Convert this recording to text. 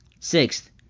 Sixth